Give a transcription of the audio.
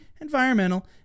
environmental